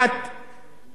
בתחום הבריאות,